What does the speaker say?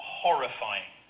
horrifying